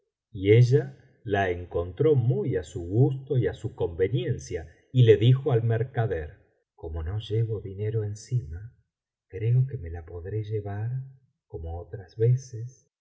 y ella la encontró muy á su gusto y á su conveniencia y le dijo al mercader como no llevo dinero encima creo que me la podré llevar como otras veces